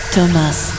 Thomas